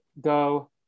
go